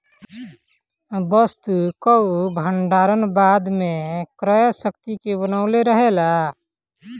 वस्तु कअ भण्डारण बाद में क्रय शक्ति के बनवले रहेला